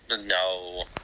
No